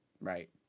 Right